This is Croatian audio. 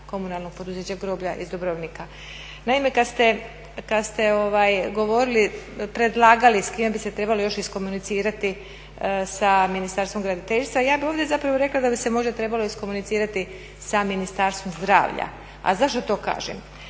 komunalnog poduzeća groblja iz Dubrovnika. Naime, kada ste govorili, predlagali s kime bi se trebali još iskomunicirati, sa Ministarstvom graditeljstva, ja bih ovdje zapravo rekla da bi se možda trebalo iskomunicirati sa Ministarstvom zdravlja. A zašto to kažem?